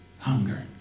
hunger